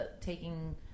taking